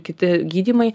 kiti gydymai